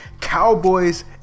Cowboys